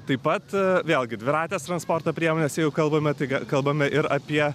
taip pat vėlgi dviratės transporto priemonės jeigu kalbame tik kalbame ir apie